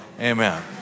amen